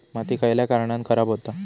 माती खयल्या कारणान खराब हुता?